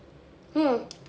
mm